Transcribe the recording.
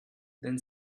then